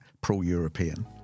pro-European